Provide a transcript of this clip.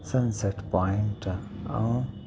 sunset point आहे ऐं